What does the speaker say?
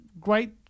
great